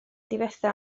difetha